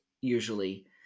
usually